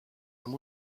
amb